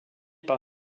par